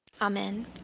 Amen